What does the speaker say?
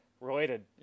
related